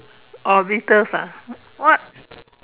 oh Beatles ah what